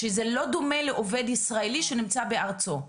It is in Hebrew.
שזה לא דומה לעובד ישראלי שנמצא בארצו.